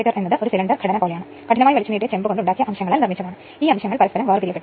അതിനാൽ BC 11500 വോൾട്ടും AC 2300 വോൾട്ടും ആയി എടുക്കുന്നു